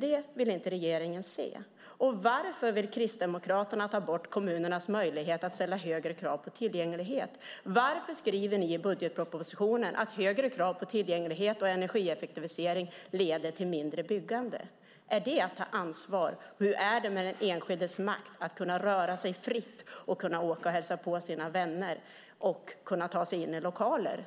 Det vill inte regeringen se. Varför vill Kristdemokraterna ta bort kommunernas möjlighet att ställa högre krav på tillgänglighet? Varför skriver ni i budgetpropositionen att högre krav på tillgänglighet och energieffektivisering leder till mindre byggande? Är det att ta ansvar? Hur är det med den enskildes makt att röra sig fritt, att hälsa på sina vänner och att ta sig in i lokaler?